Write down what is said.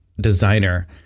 designer